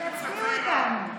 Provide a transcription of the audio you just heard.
תצביעו איתנו.